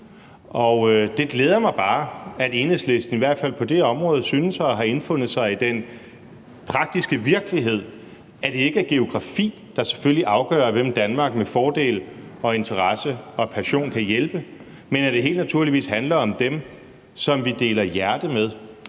Og det glæder mig bare, at Enhedslisten synes at have affundet sig med den praktiske virkelighed, nemlig at det selvfølgelig ikke er geografien, der afgør, hvem Danmark med fordel og interesse og passion kan hjælpe, men at det helt naturligvis handler om dem, som vi deler hjerte med,